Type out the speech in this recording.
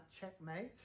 checkmate